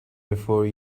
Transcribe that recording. before